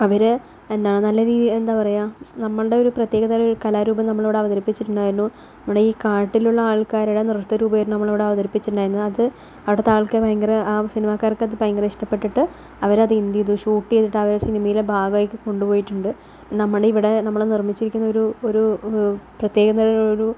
അവർ എന്താണ് നല്ല രീതിയിൽ എന്താ പറയുക നമ്മളുടെ ഒരു പ്രത്യേക തരം ഒരു കലാരൂപം നമ്മളിവിടെ അവതരിപ്പിച്ചിട്ടുണ്ടായിരുന്നു നമ്മുടെ ഈ കാട്ടിലുള്ള ആൾക്കാരുടെ നൃത്തരൂപമായിരുന്നു നമ്മളിവിടെ അവതരിപ്പിച്ചിട്ടുണ്ടായിരുന്ന അത് അവിടുത്തെ ആൾക്ക് ഭയങ്കര ആ സിനിമക്കാർക്കത് ഭയങ്കര ഇഷ്ട്ടപ്പെട്ടിട്ട് അവരത് എന്ത് ചെയ്തു ഷൂട്ട് ചെയ്തിട്ട് അവര് സിനിമയിലെ ഭാഗമായിട്ട് കൊണ്ട് പോയിട്ടുണ്ട് നമ്മുടെയി വിടെ നമ്മൾ നിർമിച്ചിരിക്കുന്ന ഒരു ഒരു പ്രത്യേക തരം ഒരു